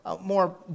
more